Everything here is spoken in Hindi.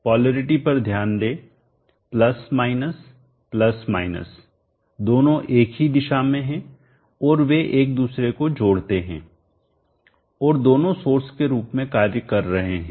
पोलैरिटी पर ध्यान दें दोनों एक ही दिशा में हैं और वे एक दूसरे को जोड़ते हैं और दोनों सोर्स के रूप में कार्य कर रहे हैं